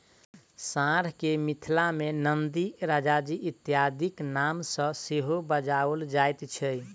साँढ़ के मिथिला मे नंदी, राजाजी इत्यादिक नाम सॅ सेहो बजाओल जाइत छै